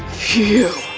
phew!